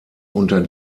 unter